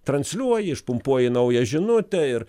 transliuoji išpumpuoji naują žinutę ir